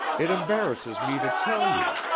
it embarrasses me to tell you.